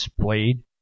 played